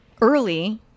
early